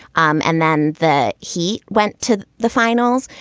um and then that he went to the finals.